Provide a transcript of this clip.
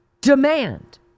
demand